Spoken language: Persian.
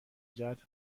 جهت